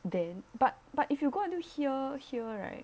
then but but if you go until here here right